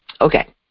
Okay